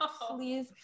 please